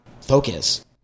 focus